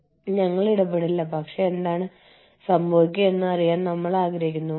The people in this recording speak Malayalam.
അതിനാൽ നിങ്ങൾ ആദ്യം നിങ്ങളുടെ ബഹുരാഷ്ട്ര സംഘടനയെ വികസിപ്പിക്കുക